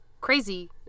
Crazy